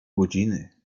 godziny